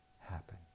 happen